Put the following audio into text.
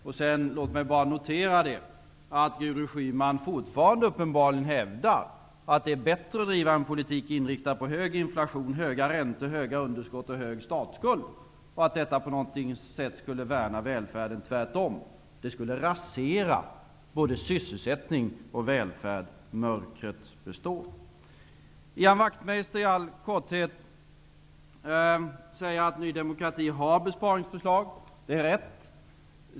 Låt mig sedan bara notera att Gudrun Schyman uppenbarligen fortfarande hävdar att det är bättre att driva en politik inriktad på hög inflation, höga räntor, stora underskott och stor statsskuld och att detta på något sätt skulle värna välfärden. Tvärtom, det skulle rasera både sysselsättning och välfärd, och mörkret skulle bestå. Ian Wachtmeister säger att Ny demokrati har besparingsbeslag. Det är rätt.